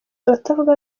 abatavuga